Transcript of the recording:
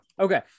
okay